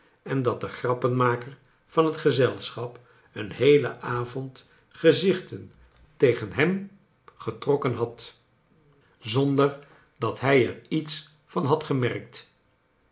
en dat de grappenmaker van het gezelschap een heelen avond gezichten tegen hem getrokken had zonder dat hij er iets van had gemerkt